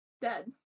Dead